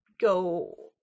go